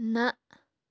نَہ